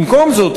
במקום זאת,